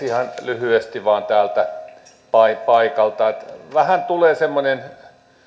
ihan lyhyesti vain täältä paikalta vähän tulee semmoinen